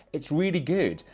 it's really good.